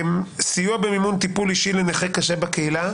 סיוע במימון טיפול אישי לנכה קשה בקהילה?